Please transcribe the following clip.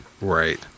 Right